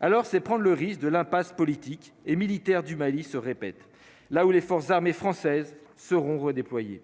alors c'est prendre le risque de l'impasse politique et militaire du Mali se répète, là où les forces armées françaises seront redéployés,